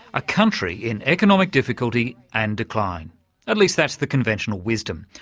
a country in economic difficulty and decline at least that's the conventional wisdom.